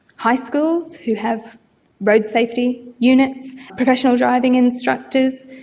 high schools who have road safety units, professional driving instructors,